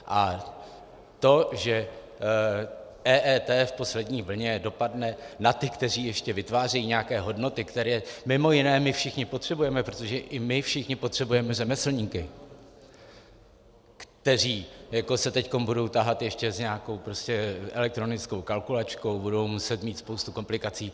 A to, že EET v poslední vlně dopadne na ty, kteří ještě vytvářejí nějaké hodnoty, které mimo jiné my všichni potřebujeme, protože i my všichni potřebujeme řemeslníky, kteří se jako teď budou tahat ještě s nějakou elektronickou kalkulačkou, budou muset mít spoustu komplikací.